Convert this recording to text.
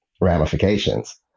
ramifications